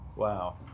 Wow